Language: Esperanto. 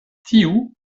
tiu